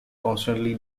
constantly